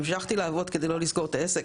המשכתי לעבוד כדי לא לסגור את העסק,